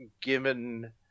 given